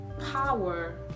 power